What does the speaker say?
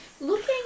Looking